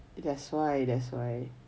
that's why that's why